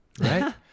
right